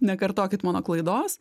nekartokit mano klaidos